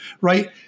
right